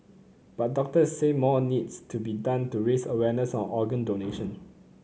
but doctors say more needs to be done to raise awareness on organ donation